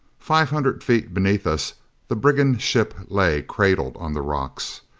five hundred feet beneath us the brigand ship lay, cradled on the rocks.